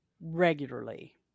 regularly